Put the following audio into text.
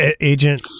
Agent